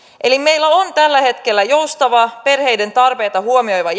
eli meillä on tällä hetkellä joustava perheiden tarpeita huomioiva